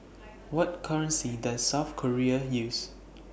What currency Does South Korea use